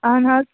اَہَن حظ